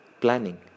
Planning